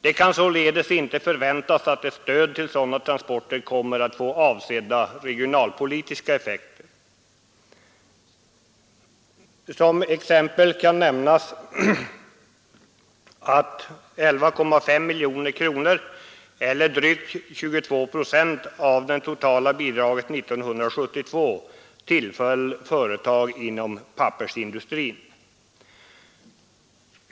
Det kan således inte förväntas att stöd till sådana transporter kommer att få avsedda regionalpolitiska effekter. Som exempel kan nämnas att 11,5 miljoner eller drygt 22 procent av det totala bidraget år 1972 tillföll företag inom pappersindustrin.